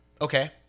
Okay